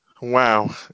Wow